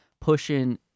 pushing